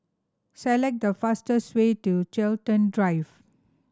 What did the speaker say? select the fastest way to Chiltern Drive